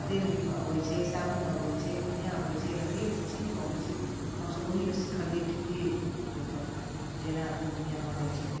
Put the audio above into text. तेल अबैत छै साबुन अबैत छै दुनिआँ अबैत छै हरेक चीजमे अबैत छै हमसभ ओहीमे सिखलियै टीवीए मे देखि कऽ जेना दिन दुनिआँ बनैत छै तेना